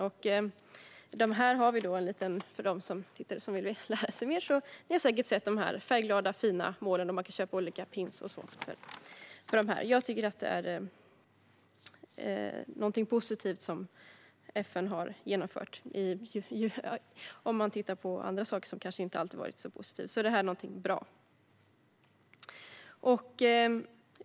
På papperet som jag nu håller upp visas den färgglada, fina bilden som beskriver målen och som många säkert har sett. Man kan köpa olika pins och så med den på. Jag tycker att det här är någonting positivt som FN har genomfört. Andra saker som FN har genomfört har kanske inte alltid varit så positiva, men det här är någonting bra.